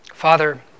Father